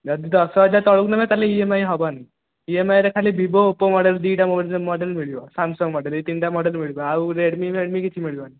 ଯଦି ଦଶ ହଜାର ତଳକୁ ନେବେ ତା'ହେଲେ ଇ ଏମ୍ ଆଇ ହେବନି ଇଏମ୍ଆଇରେ ଖାଲି ଭିବୋ ଓପୋ ମଡେଲ୍ ଦୁଇଟା ମୋଡ଼େଲ୍ ମିଳିବ ସାମ୍ସଙ୍ଗ୍ ମଡେଲ୍ ଏଇ ତିନିଟା ମୋଡ଼େଲ୍ ଆଉ ରେଡ଼୍ମି ଫେଡ଼୍ମି କିଛି ମିଳିବନି